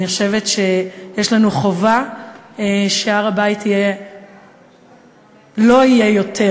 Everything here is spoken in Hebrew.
אני חושבת שיש לנו חובה שהר-הבית לא יהיה יותר